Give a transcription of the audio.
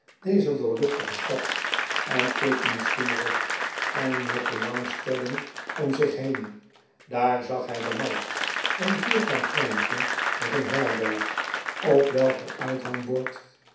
dezer doorluchtige stad en keek nieuwsgierig en met belangstelling om zich heen daar zag hij de markt een vierkant pleintje met een herberg op welker uithangbord